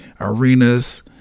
arenas